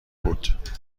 بود